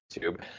YouTube